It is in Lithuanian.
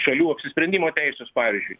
šalių apsisprendimo teisės pavyzdžiui